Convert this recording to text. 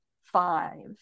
five